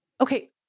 okay